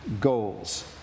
goals